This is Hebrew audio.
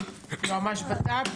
יועמ"ש בט"פ?